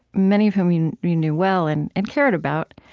many of whom you knew well and and cared about,